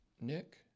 Nick